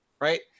Right